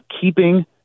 keeping